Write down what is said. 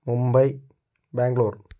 Mumbai Bangalore